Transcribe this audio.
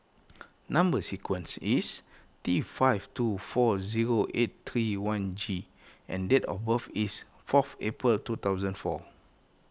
Number Sequence is T five two four zero eight three one G and date of birth is fourth April two thousand four